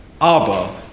Abba